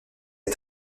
est